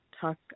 talk